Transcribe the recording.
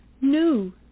new